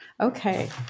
Okay